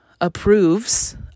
approves